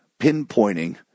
pinpointing